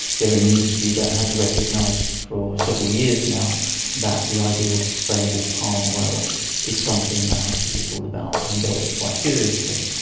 they're an industry that has recognised for several years now that the idea of sustainable palm oil is something that has to be thought about and dealt with quite seriously.